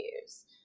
use